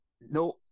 No